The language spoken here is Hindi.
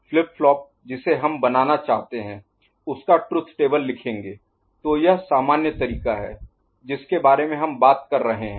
फ्लिप फ्लॉप जिसे हम बनाना चाहते हैं उस का ट्रुथ टेबल लिखेंगे तो यह सामान्य तरीका है जिसके बारे में हम बात कर रहे हैं